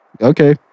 Okay